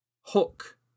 Hook